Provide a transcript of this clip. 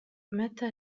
متى